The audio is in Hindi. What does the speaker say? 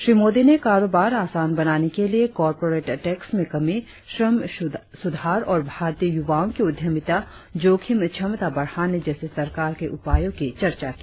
श्री मोदी ने कारोबार आसान बनाने के लिए कॉरपोरेट टैक्स में कमी श्रम सुधार और भारतीय युवाओं की उद्यमिता जोखिम क्षमता बढ़ाने जैसे सरकार के उपायों की चर्चा की